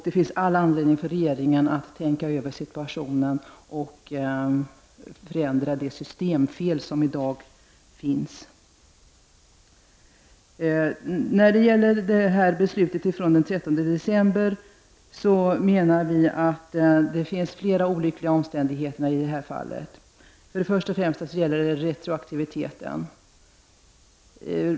Det finns också all anledning för regeringen att tänka över situationen och förändra de systemfel som i dag finns. Vi menar att det finns flera olyckliga omständigheter kring beslutet den 13 december. Först och främst gäller det retroaktiviteten.